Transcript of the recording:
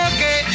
Okay